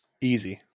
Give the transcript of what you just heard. Easy